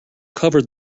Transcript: cover